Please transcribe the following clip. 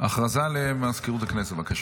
הודעה למזכירות הכנסת, בבקשה.